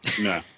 No